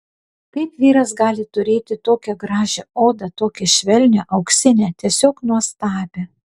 kaip vyras gali turėti tokią gražią odą tokią švelnią auksinę tiesiog nuostabią